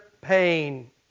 pain